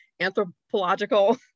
anthropological